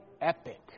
epic